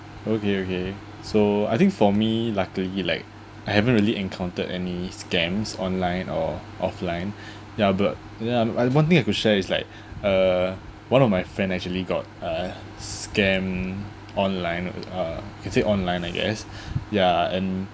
okay okay so I think for me luckily like I haven't really encountered any scams online or offline ya but ya one thing I have to share is like uh one of my friend actually got uh scam online uh he said online I guess ya and